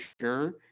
sure